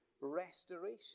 restoration